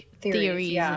theories